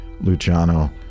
Luciano